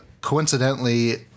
coincidentally